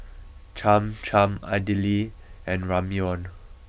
Cham Cham Idili and Ramyeon